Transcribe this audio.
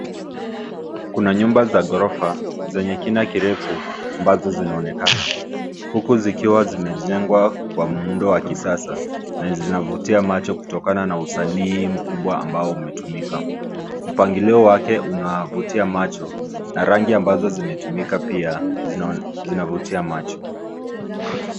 Kuna nyumba za ghorofa zenye kina kina kirefu ambazo zinaonekana. Huku zikiwa zimejengwa kwa muundo wa kisasa na zinavutia macho kutokana na usanii mkubwa ambao unatumia. Mpangilio wake unavutia macho na rangi ambazo zimetumika pia zinavutia macho.